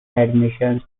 admissions